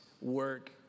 work